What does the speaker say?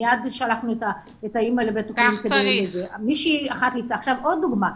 מיד שלחנו את האמא לבית החולים --- עוד דוגמה,